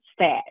stat